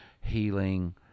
healing